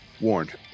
warned